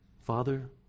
Father